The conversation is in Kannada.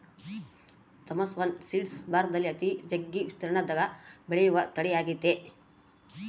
ಥೋಮ್ಸವ್ನ್ ಸೀಡ್ಲೆಸ್ ಭಾರತದಲ್ಲಿ ಅತಿ ಜಗ್ಗಿ ವಿಸ್ತೀರ್ಣದಗ ಬೆಳೆಯುವ ತಳಿಯಾಗೆತೆ